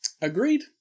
Agreed